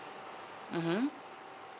mmhmm